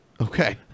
Okay